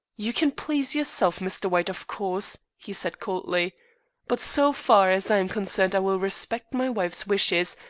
you can please yourself, mr. white, of course, he said coldly but so far as i am concerned, i will respect my wife's wishes,